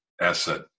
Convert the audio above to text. asset